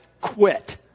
quit